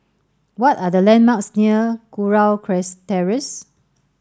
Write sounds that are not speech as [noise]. what are the landmarks near Kurau [unintelligible] Terrace